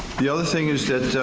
the other thing is that.